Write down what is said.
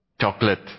Chocolate